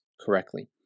correctly